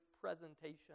presentation